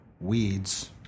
weeds